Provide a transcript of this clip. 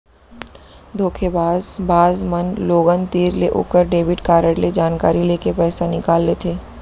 धोखेबाज बाज मन लोगन तीर ले ओकर डेबिट कारड ले जानकारी लेके पइसा निकाल लेथें